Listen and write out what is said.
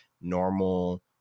normal